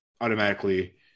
automatically